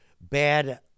bad